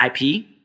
IP